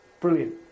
brilliant